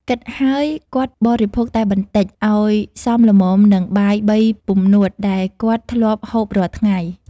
គិតហើយ គាត់បរិភោគតែបន្តិចអោយសមល្មមនឹង បាយបីពំនួតដែលគាត់ធ្លាប់ហូបរាល់ថ្ងៃ ។